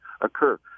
occur